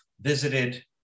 visited